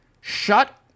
Shut